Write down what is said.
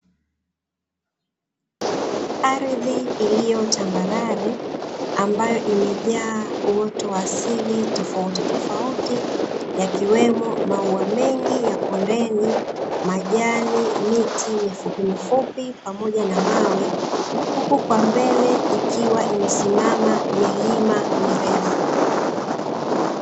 Ardhi iliyo tambarale ambayo imejaa uoto wa asili tofauti tofauti yakiwemo maua mengi ya kombeni, majani, miti mifupi mifupi pamoja na mawe huku kwa mbele ikiwa imesimama milima mirefu.